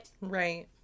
Right